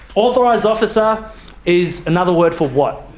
authorised officer is another word for what?